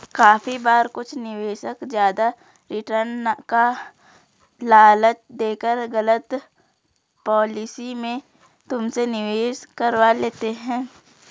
काफी बार कुछ निवेशक ज्यादा रिटर्न का लालच देकर गलत पॉलिसी में तुमसे निवेश करवा लेते हैं